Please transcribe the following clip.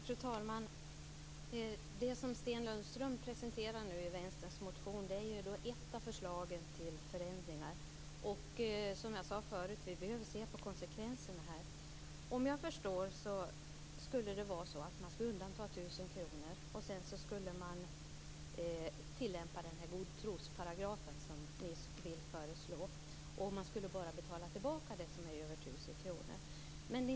Fru talman! Det Sten Lundström nu presenterar i Vänsterns motion är ett av förslagen till förändringar. Som jag sade förut behöver vi se på konsekvenserna. Som jag förstår det skulle man undanta 1 000 kr. Sedan skulle man tillämpa den här god tro-paragrafen som ni föreslår. Man skulle bara betala tillbaka det som är över 1 000 kr.